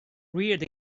reared